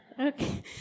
Okay